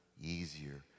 easier